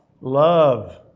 Love